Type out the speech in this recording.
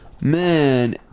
man